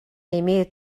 имеет